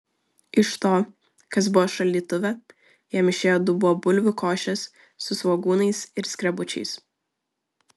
iš to kas buvo šaldytuve jam išėjo dubuo bulvių košės su svogūnais ir skrebučiais